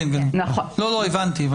הבנתי.